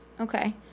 Okay